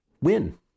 win